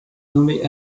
nommé